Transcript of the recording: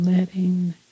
letting